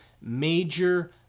major